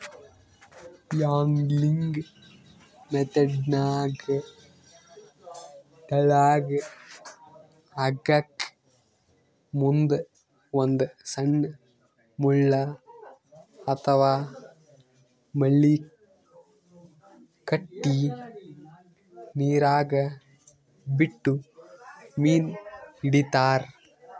angling ಮೆಥೆಡ್ನಾಗ್ ತೆಳ್ಳಗ್ ಹಗ್ಗಕ್ಕ್ ಮುಂದ್ ಒಂದ್ ಸಣ್ಣ್ ಮುಳ್ಳ ಅಥವಾ ಮಳಿ ಕಟ್ಟಿ ನೀರಾಗ ಬಿಟ್ಟು ಮೀನ್ ಹಿಡಿತಾರ್